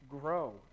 grow